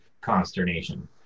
consternation